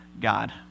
God